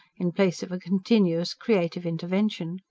in place of continuous creative intenention.